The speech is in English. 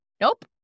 nope